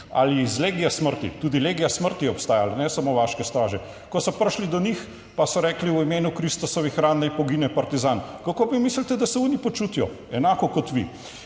ali iz legija smrti, tudi legija smrti je obstajala, ne samo vaške straže. Ko so prišli do njih, pa so rekli, v imenu Kristusovih ran naj pogine partizan. Kako vi mislite, da se oni počutijo, enako kot vi